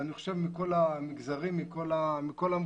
ואני חושב, מכל המגזרים, מכל המקומות.